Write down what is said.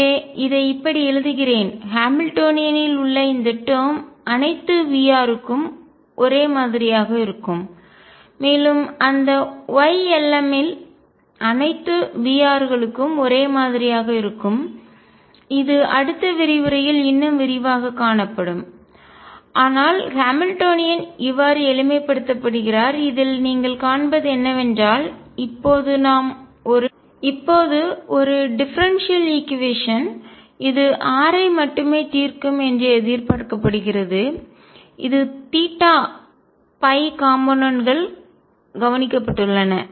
எனவே இதை இப்படி எழுதுகிறேன் ஹாமில்டோனியனில் உள்ள இந்த டேர்ம் அனைத்து V க்கும் ஒரே மாதிரியாக இருக்கும் மேலும் அந்த Ylm ம் அனைத்து V களுக்கும் ஒரே மாதிரியாக இருக்கும் இது அடுத்த விரிவுரையில் இன்னும் விரிவாகக் காணப்படும் ஆனால் ஹாமில்டோனியன் இவ்வாறு எளிமைப்படுத்தப்படுகிறார் இதில் நீங்கள் காண்பது என்னவென்றால் இப்போது நாம் ஒரு டிஃபரென்ஷியல் ஈக்குவேஷன் சமன்பாட்டைஇது r ஐ மட்டுமே தீர்க்கும் என்று எதிர்பார்க்கப்படுகிறது இது தீட்டா காம்போனென்ட்கள் கூறு கவனிக்கப்பட்டுள்ளன